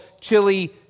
chili